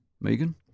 Megan